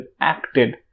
acted